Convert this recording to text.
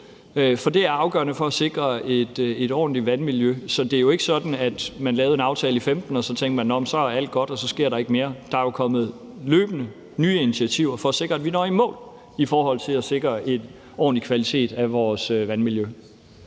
for det er afgørende for at sikre et ordentligt vandmiljø. Så det er jo ikke sådan, at man lavede en aftale i 2015, og så tænkte man, at alt var alt godt, og så skete der ikke mere. Der er jo løbende kommet nye initiativer for at sikre, at vi når i mål i forhold til at sikre en ordentlig kvalitet af vores vandmiljø.